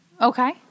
Okay